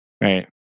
Right